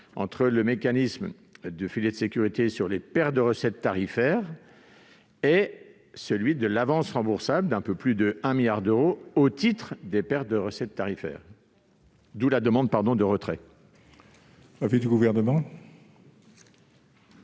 entre le mécanisme de filet de sécurité sur les pertes de recettes tarifaires et celui de l'avance remboursable d'un peu plus de 1 milliard d'euros au titre des pertes de recettes tarifaires. Je demande le retrait de l'amendement.